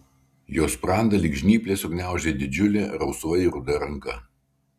jo sprandą lyg žnyplės sugniaužė didžiulė rausvai ruda ranka